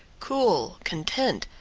cool, content,